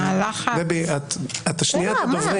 דבי, את השנייה בדוברים.